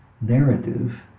narrative